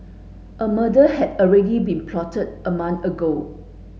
a murder had already been plotted a month ago